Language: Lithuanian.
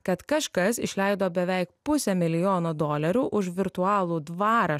kad kažkas išleido beveik pusę milijono dolerių už virtualų dvarą